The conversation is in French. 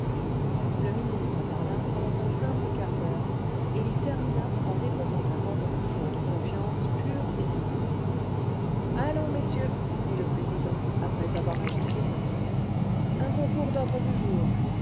le ministre parla pendant un simple quart d'heure et il termina en déposant un ordre du jour de confiance pur et simple ce allons messieurs dit le président après avoir agité sa sonnette un concours d'ordres du jour